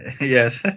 Yes